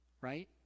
right